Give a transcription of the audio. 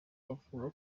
bavuga